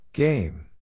Game